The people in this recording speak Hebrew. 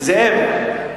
זאב,